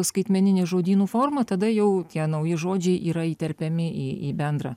skaitmeninė žodynų forma tada jau tie nauji žodžiai yra įterpiami į į bendrą